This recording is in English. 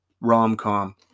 rom-com